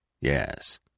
Yes